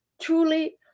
truly